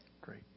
Great